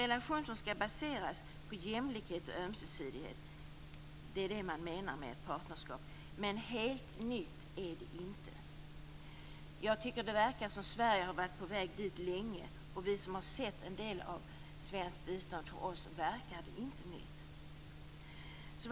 Det man menar med partnerskap är att det skall vara en relation som baseras på jämlikhet och ömsesidighet, men helt nytt är detta inte. Det verkar som om Sverige har varit på väg dit länge, och för oss som har sett en del av det svenska biståndet verkar det inte nytt.